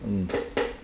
mm